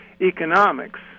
economics